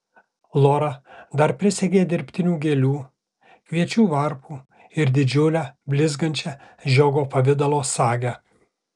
lora dar prisegė dirbtinių gėlių kviečių varpų ir didžiulę blizgančią žiogo pavidalo sagę